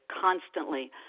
constantly